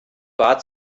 bat